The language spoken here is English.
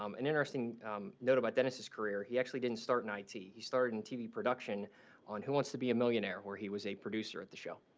um an interesting note about dennis's career he actually didn't start in i t. he starred in tv production on who wants to be a millionaire where he was a producer at the show.